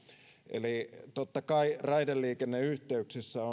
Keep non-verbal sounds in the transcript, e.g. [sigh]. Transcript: eli totta kai raideliikenneyhteyksissä [unintelligible]